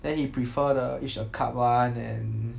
then he prefer the each a cup one and